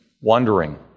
wandering